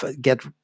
get